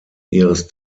ihres